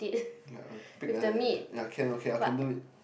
like I pig like that yea can okay I can do it